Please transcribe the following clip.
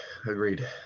agreed